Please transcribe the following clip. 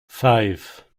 five